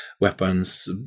weapons